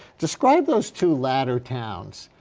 describe those two latter towns.